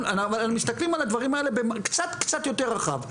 אנחנו מסתכלים על הדברים האלה קצת-קצת יותר רחב.